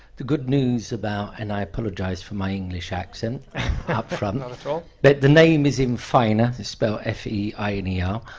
the good news about, and i apologize for my english accent upfront. not at all. but the name is um feinel, it's spelled f e i n e l.